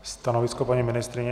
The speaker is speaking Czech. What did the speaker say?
Stanovisko paní ministryně?